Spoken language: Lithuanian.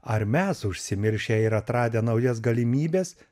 ar mes užsimiršę ir atradę naujas galimybes